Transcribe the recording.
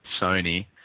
Sony